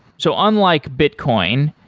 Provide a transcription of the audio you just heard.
so unlike bitcoin,